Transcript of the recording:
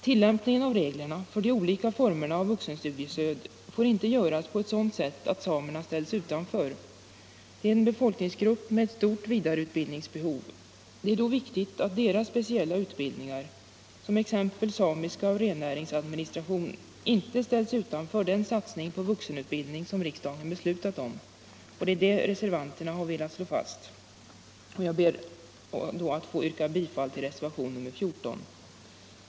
Tillämpningen av reglerna för de olika formerna av vuxenstudiestöd får inte göras på ett sådant sätt att samerna ställs utanför. De är en befolkningsgrupp med ett stort vidareutbildningsbehov. Då är det viktigt att deras speciella utbildningar — exempelvis i samiska och rennäringsadministration — inte ställs utanför den satsning på vuxenutbildning som riksdagen beslutat om. Det är detta reservanterna har velat slå fast. Jag ber att få yrka bifall också till reservationen 14.